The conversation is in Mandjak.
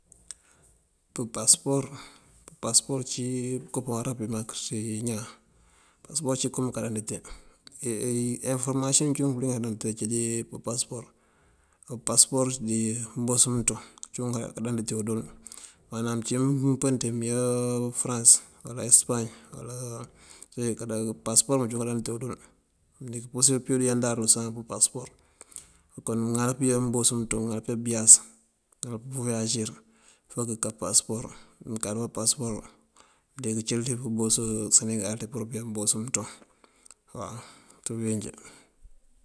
Pëmpasëpor, pëmpasëpor ací pënko pëwará pí mak ţí ñaan. Pasëpor ací kom káandandite eforëmasiyoŋ incí wunk bëling dí kandantite aci di pëpasëpor. Pasëpor dí mbos mënţoŋ cíwun kandanditon dël. Manam uncip mëpën ţí mëyá fërans uwala esëpañ uwala pasëpor cíwun káandanditewu dul, mëndiŋ këmpurësir pëyandar saŋ pasëpor. Kon mëŋal pëyá mbos mënţoŋ, mëŋal pëyá bëyas uwala pëwáasir fok kënká pasëpor. Mënkáţ bá pasëpor mëndi këcël ţí pëmbos senegal ţí pur pëyá mbos mënţoŋ waw ţí bíwínjí.